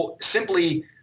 simply